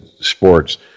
sports